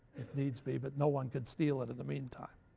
if needs be, but no one could steal it in the meantime.